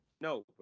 No